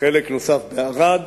חלק נוסף בערד,